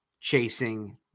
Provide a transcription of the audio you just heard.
chasing